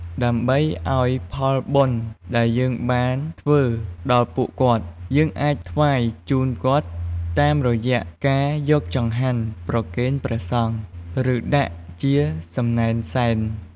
ដើម្បីឲ្យផលបុណ្យដែលយើងបានធ្វើដល់ពួកគាត់ យើងអាចថ្វាយជូនគាត់តាមរយៈការយកចង្ហាន់ប្រគេនព្រះសង្ឃ ឬដាក់ជាសំណែនសែន។